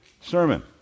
sermon